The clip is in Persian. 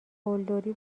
قلدری